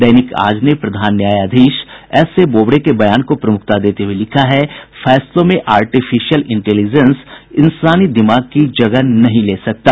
दैनिक आज ने प्रधान न्यायाधीश एस ए बोबड़े के बयान को प्रमुखता देते हुये लिखा है फैसलों में आर्टिफिशियल इंटेलिजेंस इंसानी दिमाग की जगह नहीं ले सकता